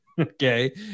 okay